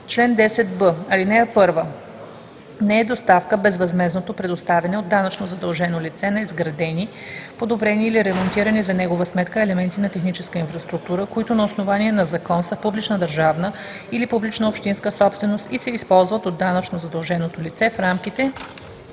Чл. 10б. (1) Не е доставка безвъзмездното предоставяне от данъчно задължено лице на изградени, подобрени или ремонтирани за негова сметка елементи на техническа инфраструктура, които на основание на закон са публична държавна или публична общинска собственост и се използват от данъчно задълженото лице в рамките